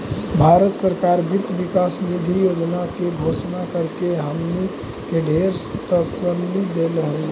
भारत सरकार वित्त विकास निधि योजना के घोषणा करके हमनी के ढेर तसल्ली देलई हे